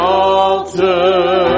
altar